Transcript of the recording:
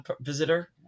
visitor